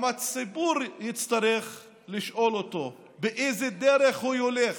וגם הציבור יצטרך לשאול אותו, באיזה דרך הוא הולך.